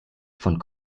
von